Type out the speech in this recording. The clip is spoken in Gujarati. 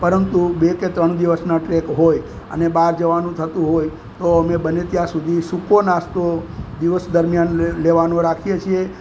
પરંતુ બે કે ત્રણ દિવસના ટ્રેક હોય અને બહાર જવાનું થતું હોય તો અમે બને ત્યાં સુધી સૂકો નાસ્તો દિવસ દરમિયાન લે લેવાનું રાખીએ છીએ